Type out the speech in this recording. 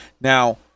Now